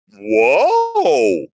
Whoa